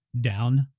down